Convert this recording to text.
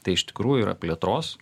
tai iš tikrųjų yra plėtros